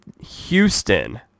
Houston